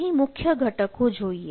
અહીં મુખ્ય ઘટકો જોઈએ